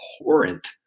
abhorrent